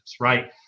right